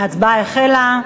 ההצבעה החלה.